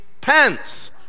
Pence